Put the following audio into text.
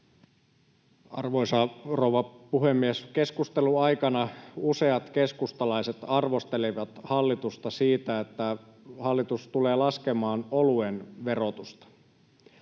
Arvoisa rouva puhemies! Keskustelun aikana useat keskustalaiset arvostelivat hallitusta siitä, että hallitus tulee laskemaan oluen verotusta.